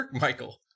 Michael